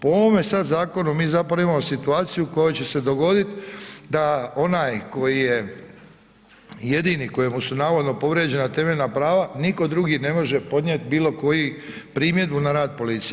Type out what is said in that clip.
Po ovome sad zakonu mi zapravo imamo situaciju u kojoj će se dogoditi da onaj koji je jedini kojemu su navodno povrijeđena temeljna prava nitko drugi ne može podnijeti bilo koji, primjedbu na rad policije.